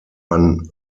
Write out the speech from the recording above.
van